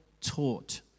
taught